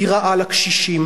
היא רעה לקשישים,